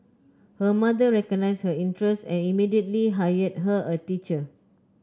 her mother recognised her interest and immediately hired her a teacher